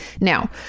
Now